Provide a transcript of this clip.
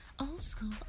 old-school